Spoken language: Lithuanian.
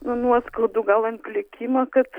nu nuoskaudų gal ant likimo kad